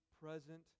present